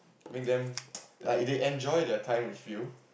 make them like they enjoy their time with you